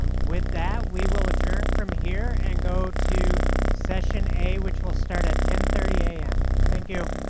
with that, we will adjourn from here and go to session a, which will start at ten thirty a m. thank you.